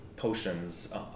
potions